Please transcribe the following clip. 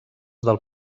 del